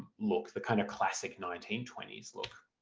look, the kind of classic nineteen twenty s look.